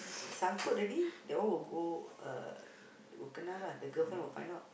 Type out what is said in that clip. sangkut already that one will go uh will kena lah the girlfriend will find out